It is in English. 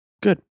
good